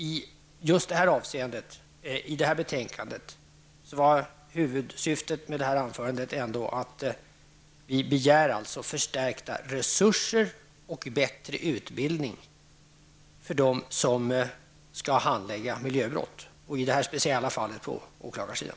I just det här avseendet var huvudsyftet med mitt anförande att poängtera att vi begär förstärkta resurser och bättre utbildning för dem som skall handlägga miljöbrott, i det här speciella fallet åklagarsidan.